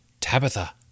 Tabitha